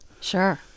sure